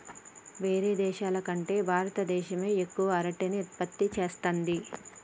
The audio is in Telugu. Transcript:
వేరే దేశాల కంటే భారత దేశమే ఎక్కువ అరటిని ఉత్పత్తి చేస్తంది